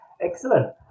Excellent